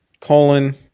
colon